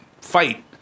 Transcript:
fight